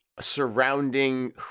surrounding